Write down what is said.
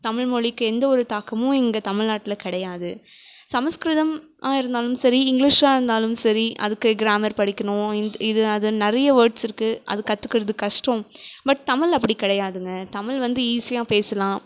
தமிழ் மொழிக்கு எந்த ஒரு தாக்கமும் இங்கே தமிழ் நாட்டில் கிடையாது சமஸ்கிருதமாக இருந்தாலும் சரி இங்கிலீஷாக இருந்தாலும் சரி அதுக்கு கிராமர் படிக்கணும் இது அதுன்னு நிறைய வேர்ட்ஸ் இருக்குது அது கற்றுக்குறது கஷ்டம் பட் தமிழ் அப்படி கிடையாதுங்க தமிழ் வந்து ஈஸியாக பேசலாம்